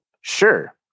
sure